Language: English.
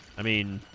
i mean